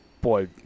boy